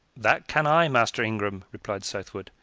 that can i, master ingram, replied southwold,